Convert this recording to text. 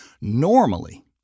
Normally